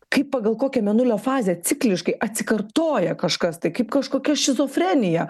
kaip pagal kokią mėnulio fazę cikliškai atsikartoja kažkas tai kaip kažkokia šizofrenija